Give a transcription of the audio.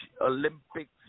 Olympics